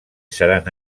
seran